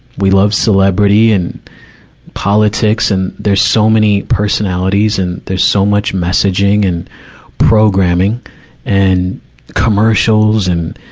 we love celebrity and politics and there's so many personalities and there's so much messaging and programming and commercials and,